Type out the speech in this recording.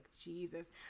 Jesus